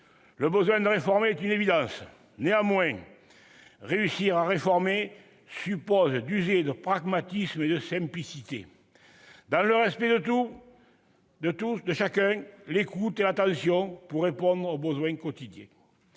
le besoin de réformer est une évidence ! Néanmoins, réussir à réformer suppose d'user de pragmatisme et de simplicité. Dans le respect de chacun, l'écoute et l'attention, pour répondre aux besoins quotidiens.